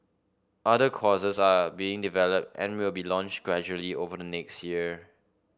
other courses are being developed and will be launched gradually over the next year